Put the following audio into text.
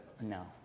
No